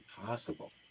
impossible